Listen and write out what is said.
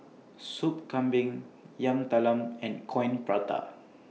Soup Kambing Yam Talam and Coin Prata